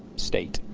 state.